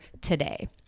today